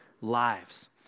lives